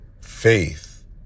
Faith